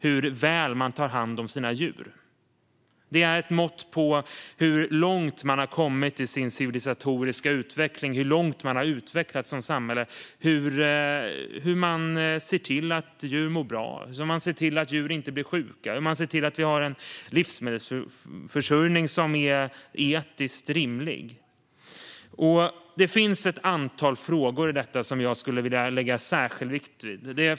Hur man ser till att djur mår bra och inte blir sjuka och hur man ser till att det finns en livsmedelsförsörjning som är etiskt rimlig är mått på hur långt man har kommit i sin civilisatoriska utveckling och hur långt man som samhälle har utvecklats. I betänkandet finns ett antal frågor som jag lägger särskild vikt vid.